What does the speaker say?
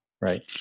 right